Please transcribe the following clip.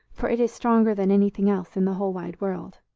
for it is stronger than anything else in the whole wide world.